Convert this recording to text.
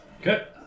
Okay